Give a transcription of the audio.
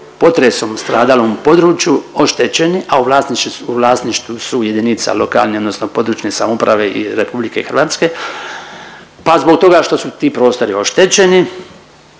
potresom stradalom području oštećeni, a u vlasništvu su jedinca lokalne odnosno područne samouprave i RH, pa zbog toga što su ti prostori oštećeni